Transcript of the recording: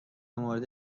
موارد